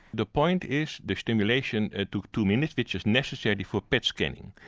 the point is the stimulation and took two minutes which is necessary for pet scanning.